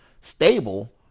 stable